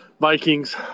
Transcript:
Vikings